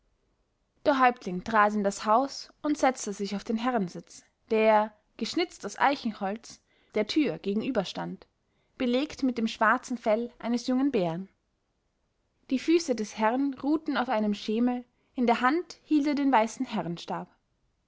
der häuptling trat in das haus und setzte sich auf den herrensitz der geschnitzt aus eichenholz der tür gegenüberstand belegt mit dem schwarzen fell eines jungen bären die füße des herrn ruhten auf einem schemel in der hand hielt er den weißen